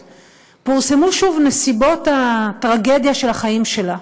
פורסמו שוב נסיבות הטרגדיה של החיים שלה,